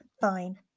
Fine